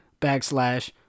Backslash